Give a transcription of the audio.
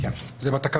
כן, זה בתקנות.